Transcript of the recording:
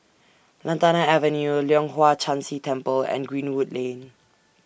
Lantana Avenue Leong Hwa Chan Si Temple and Greenwood Lane